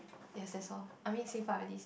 yes that's all I mean since I've already